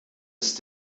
ist